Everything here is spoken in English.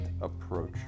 approach